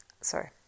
Sorry